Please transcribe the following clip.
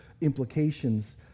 implications